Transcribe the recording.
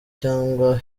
cyangwa